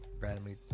randomly